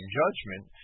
judgment